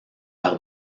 par